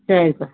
சரிப்பா